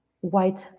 White